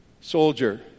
soldier